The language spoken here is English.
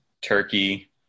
Turkey